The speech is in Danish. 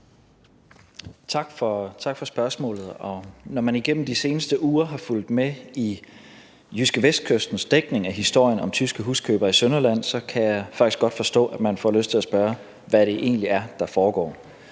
Tak for spørgsmålet. Når man igennem de seneste uger har fulgt med i JydskeVestkystens dækning af historien om tyske huskøbere i Sønderjylland, kan jeg faktisk godt forstå, at man får lyst til at spørge, hvad det egentlig er, der foregår.